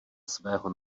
svého